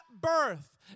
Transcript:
birth